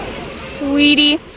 Sweetie